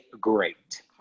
great